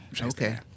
Okay